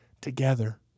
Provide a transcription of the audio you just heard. together